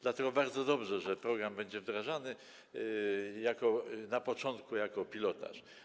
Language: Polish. Dlatego bardzo dobrze, że program będzie wdrażany na początku jako pilotaż.